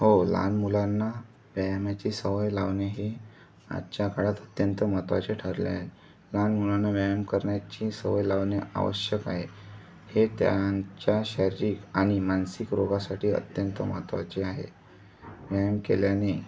हो लहान मुलांना व्यायामाची सवय लावणे हे आजच्या काळात अत्यंत महत्त्वाचे ठरले आहे लहान मुलांना व्यायाम करण्याची सवय लावणे आवश्यक आहे हे त्यांच्या शारीरिक आणि मानसिक रोगासाठी अत्यंत महत्त्वाचे आहे व्यायाम केल्याने